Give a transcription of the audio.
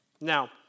Now